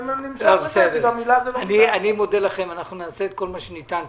אנחנו נעשה את כל מה שניתן.